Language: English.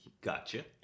Gotcha